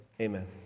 Amen